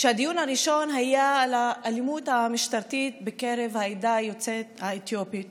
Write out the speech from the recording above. הדיון הראשון היה על האלימות המשטרתית נגד יוצאי העדה האתיופית